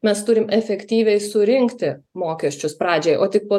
mes turim efektyviai surinkti mokesčius pradžiai o tik po